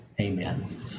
amen